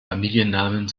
familiennamen